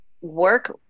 work